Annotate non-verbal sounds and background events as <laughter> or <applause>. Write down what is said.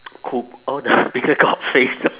<noise> cou~ all the bigger face them